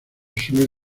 suele